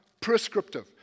Prescriptive